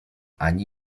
ani